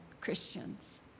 Christians